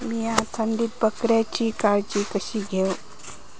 मीया थंडीत बकऱ्यांची काळजी कशी घेव?